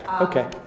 Okay